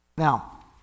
Now